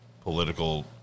political